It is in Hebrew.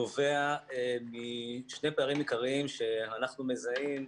נובע משני פערים עיקריים שאנחנו מזהים,